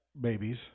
babies